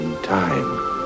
time